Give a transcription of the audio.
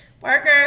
Parker